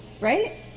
Right